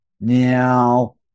Now